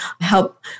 help